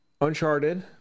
Uncharted